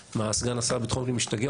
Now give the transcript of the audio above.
סגן השר לביטחון פנים השתגע?